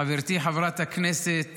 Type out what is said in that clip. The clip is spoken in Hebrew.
חברתי חברת הכנסת